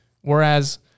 whereas